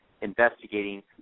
investigating